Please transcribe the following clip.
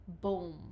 Boom